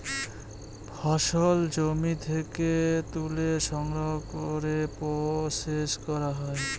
ফসল জমি থেকে তুলে সংগ্রহ করে প্রসেস করা হয়